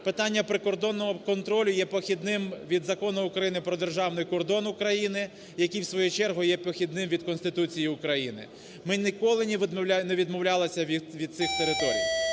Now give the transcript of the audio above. питання прикордонного контролю є похідним від Закону України "Про державний кордон України", який, в свою чергу, є похідним від Конституції України. Ми ніколи не відмовлялися від цих територій.